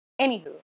Anywho